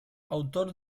autor